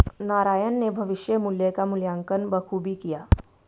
नारायण ने भविष्य मुल्य का मूल्यांकन बखूबी किया